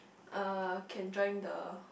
uh can join the